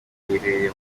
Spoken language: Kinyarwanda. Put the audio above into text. riherereye